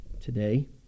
today